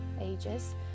ages